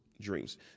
dreams